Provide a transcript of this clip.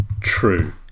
true